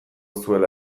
zuela